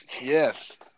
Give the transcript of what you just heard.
Yes